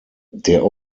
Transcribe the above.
der